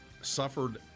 suffered